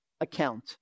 account